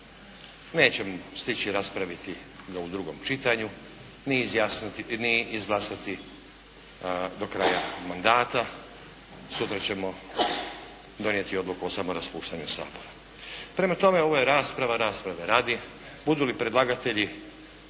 nećemo stići raspraviti ga u drugom čitanju ni izglasati do kraja mandata. Sutra ćemo donijeti odluku o samoraspuštanju Sabora. Prema tome, ovo je rasprava rasprave radi. Budu li predlagatelji